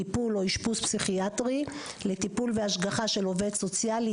טיפול או אשפוז פסיכיאטרי לטיפול והשגחה של עובד סוציאלי,